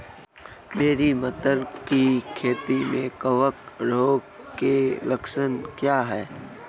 मेरी मटर की खेती में कवक रोग के लक्षण क्या हैं?